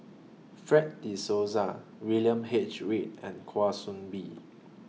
Fred De Souza William H Read and Kwa Soon Bee